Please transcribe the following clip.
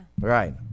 Right